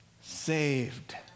saved